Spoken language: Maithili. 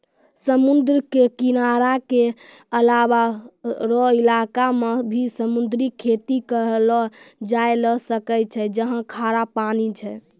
समुद्र के किनारा के अलावा हौ इलाक मॅ भी समुद्री खेती करलो जाय ल सकै छै जहाँ खारा पानी छै